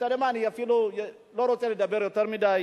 אני אפילו לא רוצה לדבר יותר מדי,